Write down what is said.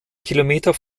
kilometer